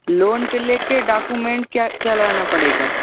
loan पर ले कर डाकूमेंट क्या क्या लाना पड़ेगा